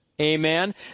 Amen